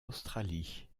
australie